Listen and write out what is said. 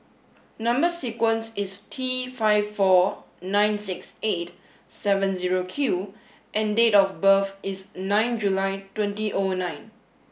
number sequence is T five four nine six eight seven zero Q and date of birth is nine July twenty O nine